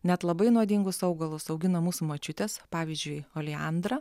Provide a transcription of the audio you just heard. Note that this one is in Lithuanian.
net labai nuodingus augalus augino mūsų močiutės pavyzdžiui oleandrą